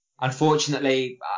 unfortunately